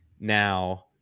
now